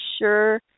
sure